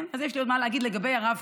כן, אז יש לי עוד מה להגיד לגבי הרב-קו,